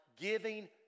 giving